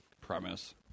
premise